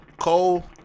Cole